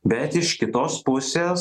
bet iš kitos pusės